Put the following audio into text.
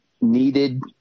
needed